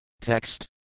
Text